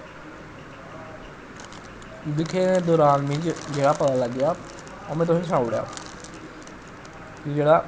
दिक्खे दौरान मिगी जेह्ड़ा पता लग्गेआ ओह् में तुसें सनाई ओड़ेआ जेह्ड़ा